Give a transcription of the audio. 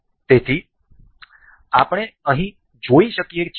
તેથી આપણે અહીં જોઈ શકીએ છીએ